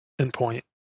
endpoint